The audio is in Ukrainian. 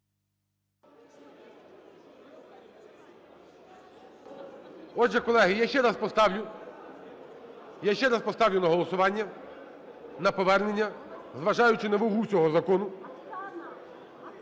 поставлю... Я ще раз поставлю на голосування на повернення, зважаючи на вагу цього закону.